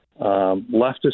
leftist